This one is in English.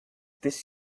this